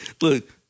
look